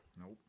Nope